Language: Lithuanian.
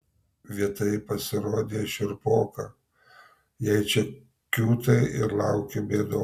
vieta jai pasirodė šiurpoka jei čia kiūtai ir lauki bėdos